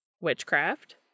Witchcraft